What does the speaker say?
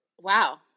Wow